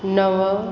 नव